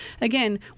again